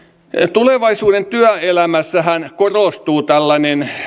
tulevaisuuden työelämässähän korostuu tällainen